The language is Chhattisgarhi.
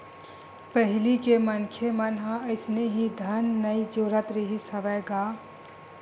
पहिली के मनखे मन ह अइसने ही धन नइ जोरत रिहिस हवय गा